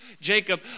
Jacob